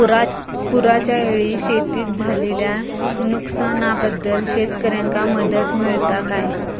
पुराच्यायेळी शेतीत झालेल्या नुकसनाबद्दल शेतकऱ्यांका मदत मिळता काय?